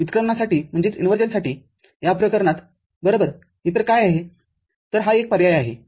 व्युत्क्रमणसाठीया प्रकरणात बरोबर इतर काय आहे तरहा एक पर्याय आहे